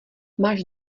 máš